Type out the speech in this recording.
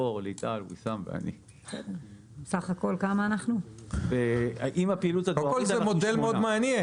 בסך הכול זה מודל מאוד מעניין.